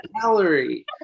gallery